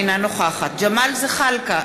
אינה נוכחת ג'מאל זחאלקה,